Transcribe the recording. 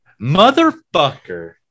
Motherfucker